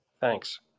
thanks